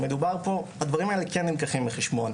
הדברים האלה כן נלקחים בחשבון,